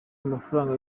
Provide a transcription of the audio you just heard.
amafaranga